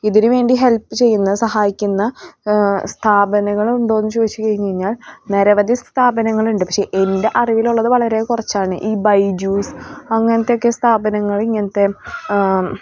ഇതിന് വേണ്ടി ഹെൽപ്പ് ചെയ്യുന്ന സഹായിക്കുന്ന സ്ഥാപനങ്ങളുണ്ടോ എന്ന് ചോദിച്ച് കഴിഞ്ഞ് കഴിഞ്ഞാൽ നിരവധി സ്ഥാപനങ്ങളുണ്ട് പക്ഷേ എൻ്റെ അറിവിലുള്ളത് വളരെ കുറച്ചാണ് ഈ ബൈജൂസ് അങ്ങനത്തെ ഒക്കെ സ്ഥാപനങ്ങൾ ഇങ്ങനത്തെ